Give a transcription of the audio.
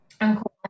uncle